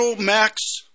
max